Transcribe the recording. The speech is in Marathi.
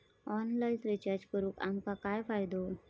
ऑनलाइन रिचार्ज करून आमका काय फायदो?